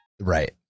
right